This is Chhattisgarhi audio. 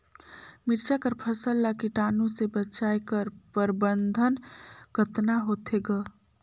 मिरचा कर फसल ला कीटाणु से बचाय कर प्रबंधन कतना होथे ग?